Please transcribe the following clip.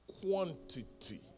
quantity